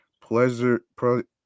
Pleasure